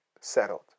settled